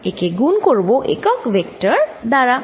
একে গুন করব একক ভেক্টর দ্বারা